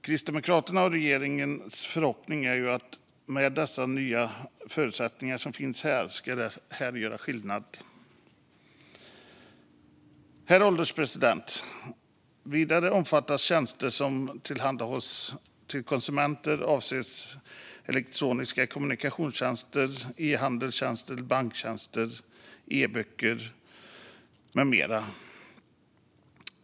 Kristdemokraternas och regeringens förhoppning är att dessa nya förutsättningar ska göra skillnad. Herr ålderspresident! Vidare omfattas tjänster som tillhandahålls konsumenter avseende elektroniska kommunikationstjänster, e-handelstjänster, banktjänster, e-böcker med mera.